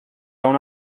aún